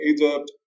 Egypt